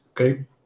okay